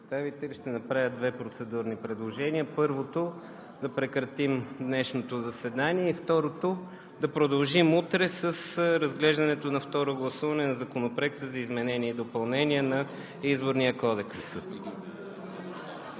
представители! Ще направя две процедурни предложения. Първото – да прекратим днешното заседание; и второто – да продължим утре с разглеждането на Второ гласуване на Законопроекта за изменение и допълнение на Изборния кодекс.